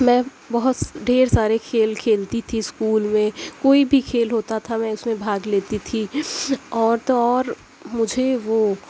میں بہت س ڈھیر سارے کھیل کھیلتی تھی اسکول میں کوئی بھی کھیل ہوتا تھا میں اس میں بھاگ لیتی تھی اور تو اور مجھے وہ